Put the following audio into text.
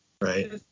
right